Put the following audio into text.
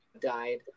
died